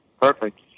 perfect